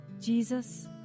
Jesus